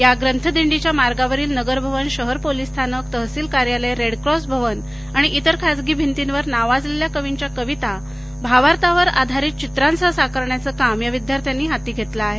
या प्रथदिंडीच्या मार्गावरील नगर भवन शहर पोलीस स्थानक तहसिल कार्यालय रेडक्रॉस भवन आणि इतर खाजगी भितींवर नावाजलेल्या कवींच्या कविता भावार्थावर आधारित चित्रासह साकारण्याच काम या विद्यार्थ्यांनी हाती घेतलं आहे